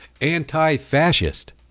anti-fascist